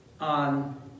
on